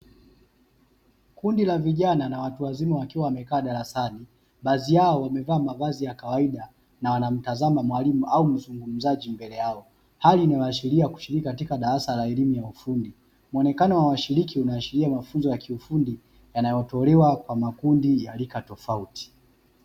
Kundi la vijana na watu wazima wakiwa wamekaa darasani, baadhi yao wamevaa mavazi ya kawaida na wanamtazama mwalimu au mzungumzaji mbele yao, hali inayoashira kushiriki katika darasa la elimu ya ufundi, muonekano wa washiriki unaashiria mafunzo ya kiufundi yanayotolewa kwa rika tofauti.